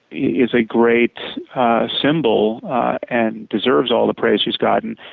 is a great symbol and deserves all the praise she's gotten.